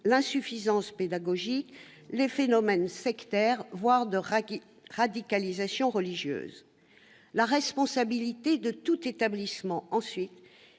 l'insuffisance pédagogique, les phénomènes sectaires, voire de radicalisation religieuse. Ensuite, la responsabilité de tout établissement, qui